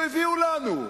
את מי לא הביאו לנו,